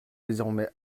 désormais